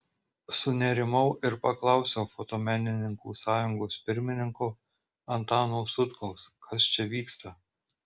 sunerimau ir paklausiau fotomenininkų sąjungos pirmininko antano sutkaus kas čia vyksta